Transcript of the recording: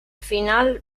final